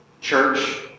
church